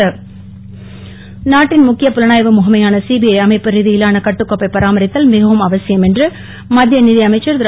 அருண்ஜேட்லி நாட்டின் முக்கிய புலானாய்வு முகமையான சிபிஐ அமைப்பு ரீதியிலான கட்டுக்கோப்பை பரமாரித்தல் மிக அவசியம் என்று மத்திய நிதி அமைச்சர் திரு